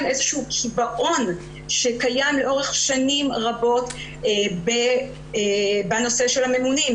איזשהו קיבעון שקיים לאורך שנים רבות בנושא של הממונים.